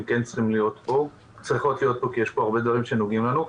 צריכות להיות פה כי יש פה הרבה דברים שנוגעים לנו.